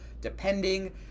depending